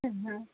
हम्म